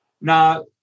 Now